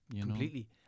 completely